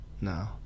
no